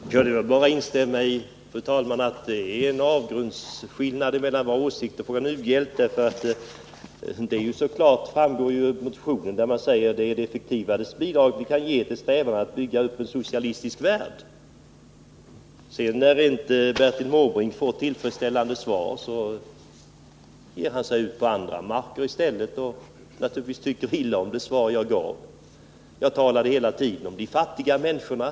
Fru talman! Det är bara att instämma i att det är en avgrundsdjup skillnad mellan våra åsikter i fråga om u-hjälp. Av motion 1625 framgår ju klart att vpk anser u-hjälpen vara ”det effektivaste bidraget vi kan ge till strävandena att bygga upp en socialistisk värld”. När Bertil Måbrink inte får tillfredsställande svar ger han sig i stället ut på andra marker, och naturligtvis tyckte han illa om det svar som jag gav. Jag talade hela tiden om de fattiga människorna.